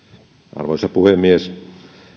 arvoisa puhemies